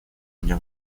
для